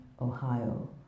Ohio